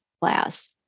class